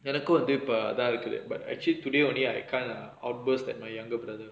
எனக்கு வந்து இப்ப அதா இருக்குது:enakku vanthu ippa athaa irukkuthu but actually today only I can't uh outburst that my younger brother